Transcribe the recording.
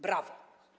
Brawo!